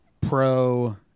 pro